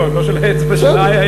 לא, לא של האצבע, של הים.